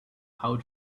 how